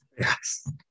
Yes